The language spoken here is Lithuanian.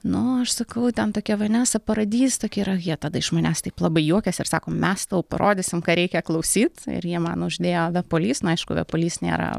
nu aš sakau ten tokia vanesa paradis tokia yra jie tada iš manęs taip labai juokiasi ir sako mes tau parodysim ką reikia klausyt ir jie man uždėjo the police nu aišku the police nėra